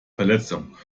verletzung